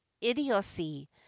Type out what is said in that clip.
idiocy